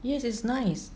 yes it's nice